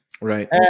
Right